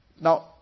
Now